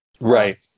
right